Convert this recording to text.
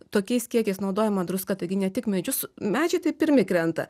tokiais kiekiais naudojama druska taigi ne tik medžius medžiai tai pirmi krenta